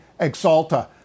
Exalta